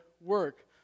work